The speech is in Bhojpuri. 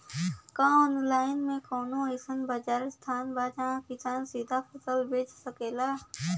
का आनलाइन मे कौनो अइसन बाजार स्थान बा जहाँ किसान सीधा फसल बेच सकेलन?